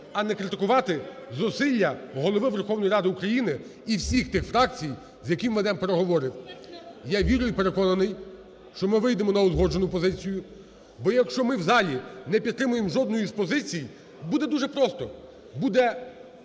а не критикувати зусилля Голови Верховної Ради України і всіх тих фракцій, з якими ми ведемо переговори. Я вірю і переконаний, що ми вийдемо на узгоджену позицію, бо якщо ми в залі не підтримаємо жодної з позиції, буде дуже просто: